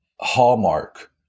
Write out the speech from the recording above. hallmark